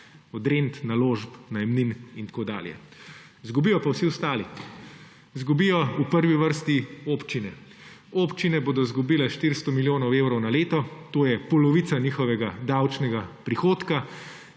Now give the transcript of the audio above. od rent, naložb, najemnin in tako dalje. Izgubijo pa vsi ostali. Izgubijo v prvi vrsti občine. Občine bodo izgubile 400 milijonov evrov na leto. To je polovica njihovega davčnega prihodka.